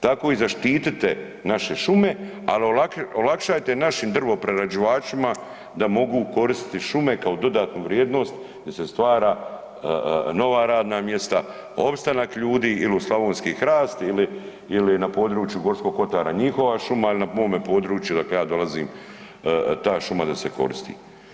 Tako i zaštite naše šume ali olakšajte našim drvoprerađivačima da mogu koristiti šume kao dodatnu vrijednost gdje se stvara nova radna mjesta, opstanak ljudi il u slavonski hrast ili na području Gorskog kotara njihova šuma il na mome području odakle ja dolazim ta šuma da se koristi.